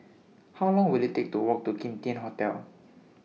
How Long Will IT Take to Walk to Kim Tian Hotel